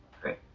Great